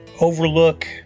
overlook